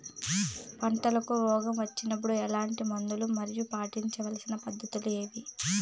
పంటకు రోగం వచ్చినప్పుడు ఎట్లాంటి మందులు మరియు పాటించాల్సిన పద్ధతులు ఏవి?